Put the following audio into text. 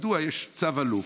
מדוע יש צו אלוף?